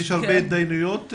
יש הרבה הידיינויות?